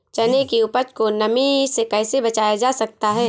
चने की उपज को नमी से कैसे बचाया जा सकता है?